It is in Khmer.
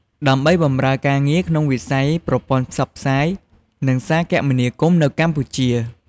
ដើម្បីបម្រើការងារក្នុងវិស័យប្រព័ន្ធផ្សព្វផ្សាយ និងសារគមនាគមន៍នៅកម្ពុជា។